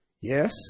Yes